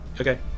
Okay